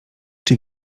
czy